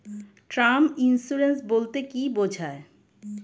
Term insurance বলতে কী বোঝায়?